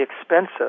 expensive